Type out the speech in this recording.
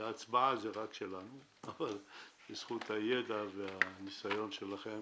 ההצבעה היא רק שלנו בזכות הידע והניסיון שלכם